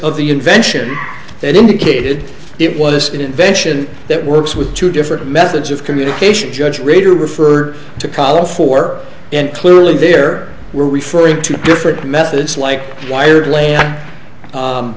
of the invention that indicated it was an invention that works with two different methods of communication judge reader referred to column for and clearly there were referring to different methods like wired la